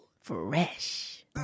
Fresh